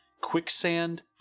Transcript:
Quicksand